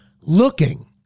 Looking